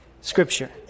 scripture